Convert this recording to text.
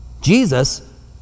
Jesus